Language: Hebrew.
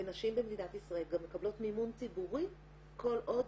ונשים במדינת ישראל גם מקבלות מימון ציבורי כל עוד